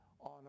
on